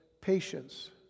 Patience